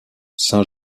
saint